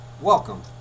Welcome